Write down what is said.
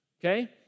okay